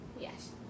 Yes